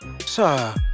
Sir